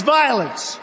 violence